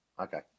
Okay